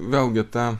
vėlgi ta